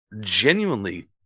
genuinely